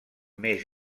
més